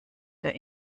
der